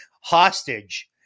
hostage